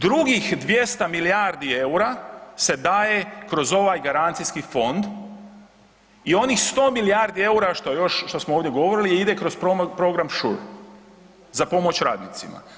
Drugih 200 milijardi eura se daje kroz ovaj garancijski fond i onih 100 milijardi eura što još, što smo ovdje govorili ide kroz program SURE za pomoć radnicima.